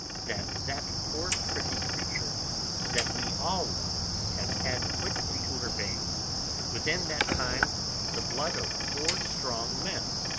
that that poor pretty creature that we all love has had put into her veins within that time the blood of four strong men.